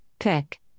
Pick